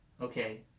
okay